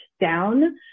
down